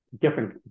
different